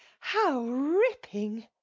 how ripping!